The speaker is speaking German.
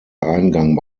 eingang